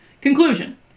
Conclusion